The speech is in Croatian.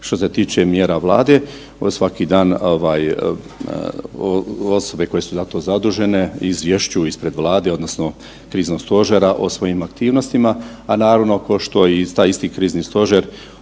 Što se tiče mjera Vlade, evo svaki dan ovaj osobe koje su za to zadužene izvješćuju ispred Vlade odnosno kriznog stožera o svojim aktivnostima. A naravno košto i taj isti krizni stožer